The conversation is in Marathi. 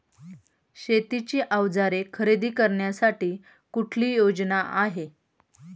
शेतीची अवजारे खरेदी करण्यासाठी कुठली योजना आहे?